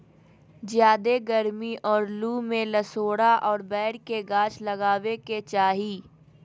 ज्यादे गरमी और लू में लसोड़ा और बैर के गाछ लगावे के चाही